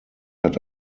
hat